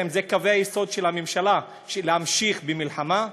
האם אלה קווי היסוד של הממשלה, להמשיך במלחמה,